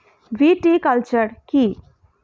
Viticulture কী?